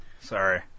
sorry